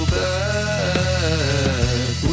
back